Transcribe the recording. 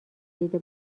ندیده